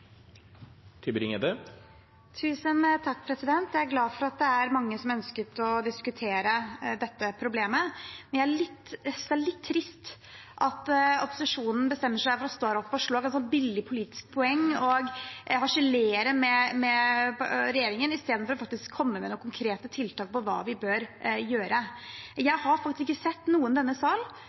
Jeg er glad for at det var mange som ønsket å diskutere dette problemet, men jeg synes det er litt trist at opposisjonen bestemmer seg for å stå her oppe og slå billige politiske poeng og harselere med regjeringen, istedenfor faktisk å komme med noen konkrete tiltak om hva vi bør gjøre. Jeg har faktisk nesten ikke sett at noen i denne sal,